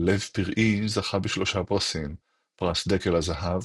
על "לב פראי" זכה בשלושה פרסים; פרס דקל הזהב,